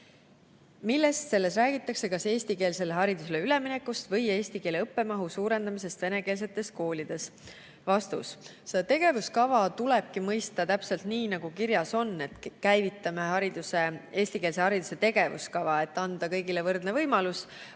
Millest selles räägitakse, kas eestikeelsele haridusele üleminekust või eesti keele õppemahu suurendamisest venekeelsetes koolides?" Seda tegevuskava tulebki mõista täpselt nii, nagu kirjas on. Me käivitame eestikeelse hariduse tegevuskava, et anda kõigile võrdne võimalus